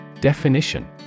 Definition